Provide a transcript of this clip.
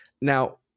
Now